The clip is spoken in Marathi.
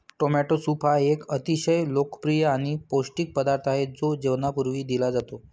टोमॅटो सूप हा एक अतिशय लोकप्रिय आणि पौष्टिक पदार्थ आहे जो जेवणापूर्वी दिला जातो